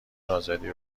آزادی